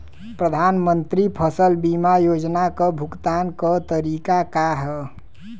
प्रधानमंत्री फसल बीमा योजना क भुगतान क तरीकाका ह?